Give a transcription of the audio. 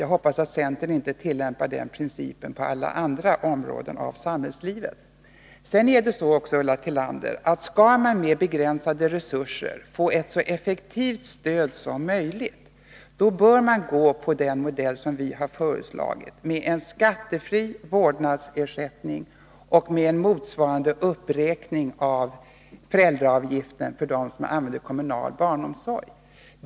Jag hoppas att centern inte tillämpar den principen på alla andra områden av samhällslivet. Vidare förhåller det sig så, Ulla Tillander, att om man med begränsade resurser skall få ett så effektivt stöd som möjligt bör man gå på den modell som vi har föreslagit: en skattefri vårdnadsersättning och en motsvarande uppräkning av föräldraavgiften för dem som använder kommunal barnomsorg.